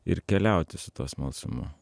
ir keliauti su tuo smalsumu